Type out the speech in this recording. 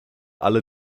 alle